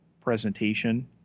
presentation